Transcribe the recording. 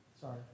sorry